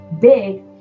big